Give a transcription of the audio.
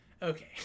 okay